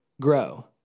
grow